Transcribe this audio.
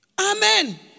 Amen